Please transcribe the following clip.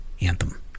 Anthem